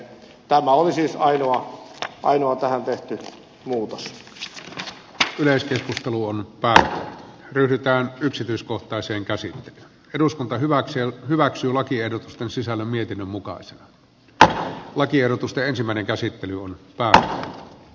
tämä oli siis ainoa tähän tehty muutos vie yleiskeskustelu on päää ryhdytään yksityiskohtaisen käsi eduskunta hyväksyi hyväksy lakien sisällön mietinnön mukaan se että lakiehdotusta ensimmäinen käsittely on päästää